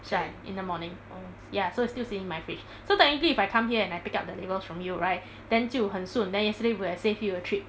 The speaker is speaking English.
shy in the morning ya so it's still sitting in my fridge so technically if I come here and pick up the labels from you right then 就很顺 then yesterday would have saved you a trip